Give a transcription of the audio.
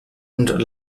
und